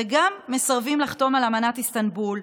וגם מסרבים לחתום על אמנת איסטנבול,